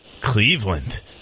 Cleveland